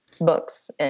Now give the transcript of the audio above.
books